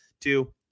Two